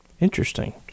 Interesting